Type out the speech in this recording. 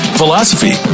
philosophy